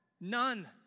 None